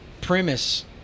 premise